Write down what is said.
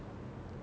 ஆமா:aamaa